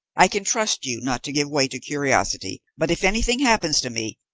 i can trust you not to give way to curiosity, but if anything happens to me,